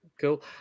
Cool